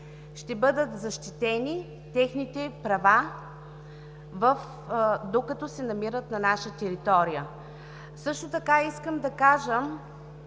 ще бъдат защитени техните права, докато се намират на наша територия. Също така искам да кажа,